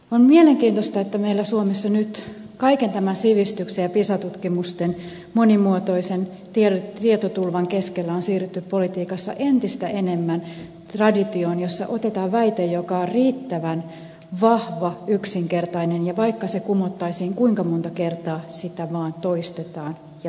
on mielenkiintoista että meillä suomessa nyt kaiken tämän sivistyksen ja pisa tutkimusten monimuotoisen tietotulvan keskellä on siirrytty politiikassa entistä enemmän traditioon jossa otetaan väite joka on riittävän vahva yksinkertainen ja vaikka se kumottaisiin kuinka monta kertaa sitä vaan toistetaan ja toistetaan